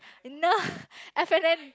no F and N